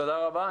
תודה רבה.